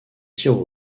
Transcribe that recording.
tirs